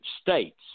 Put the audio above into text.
states